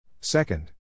Second